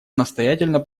настоятельно